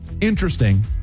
interesting